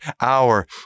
hour